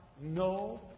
no